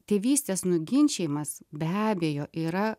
tėvystės nuginčijimas be abejo yra